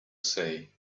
say